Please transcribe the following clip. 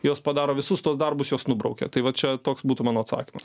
jos padaro visus tuos darbus juos nubraukia tai va čia toks būtų mano atsakymas